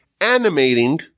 animating